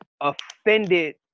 offended